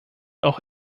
auch